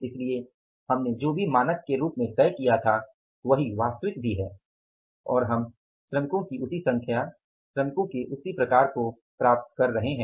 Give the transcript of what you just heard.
इसलिए हमने जो भी मानक के रूप में तय किया था वही वास्तविक भी है और हम श्रमिकों की उसी संख्या श्रमिकों के उसी प्रकार को प्राप्त कर रहे हैं